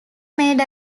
made